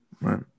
Right